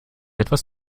etwas